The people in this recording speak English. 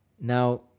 Now